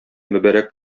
мөбарәк